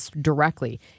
directly